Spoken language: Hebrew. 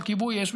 של כיבוי אש,